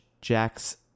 Jack's